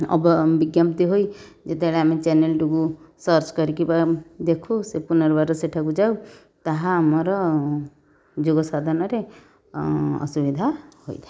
ଅବ ବିଜ୍ଞପ୍ତି ହୋଇ ଯେତେବେଳେ ଆମେ ଚ୍ୟାନେଲଟିକୁ ସର୍ଚ୍ଚ କରିକି ଦେଖୁ ପୁନର୍ବାର ସେଠାକୁ ଯାଉ ତାହା ଆମର ଯୋଗ ସାଧନରେ ଅସୁବିଧା ହୋଇଥାଏ